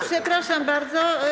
Przepraszam bardzo.